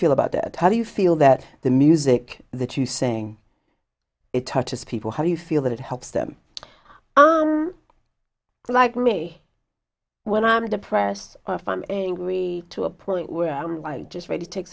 feel about that how do you feel that the music that you sing it touches people how do you feel that it helps them like me when i'm depressed angry to a point where i'm just ready to take